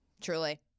Truly